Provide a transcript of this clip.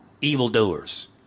evildoers